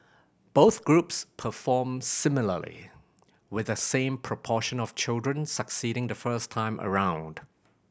both groups performed similarly with the same proportion of children succeeding the first time around